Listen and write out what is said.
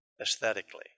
Aesthetically